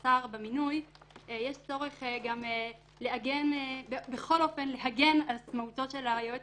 יש בכל אופן צורך גם להגן על עצמאותו של היועץ